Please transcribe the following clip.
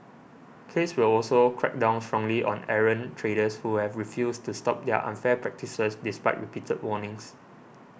case will also crack down strongly on errant traders who have refused to stop their unfair practices despite repeated warnings